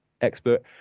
expert